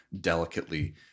delicately